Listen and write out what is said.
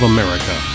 America